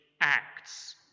acts